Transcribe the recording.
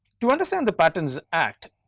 to understand the patents act,